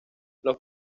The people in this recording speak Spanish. los